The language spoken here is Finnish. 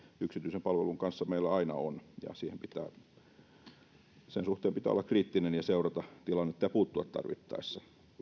yksityisen palvelun kanssa meillä aina on ja sen suhteen pitää olla kriittinen ja seurata tilannetta ja puuttua tarvittaessa